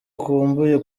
akumbuye